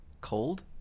Cold